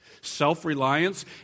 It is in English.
Self-reliance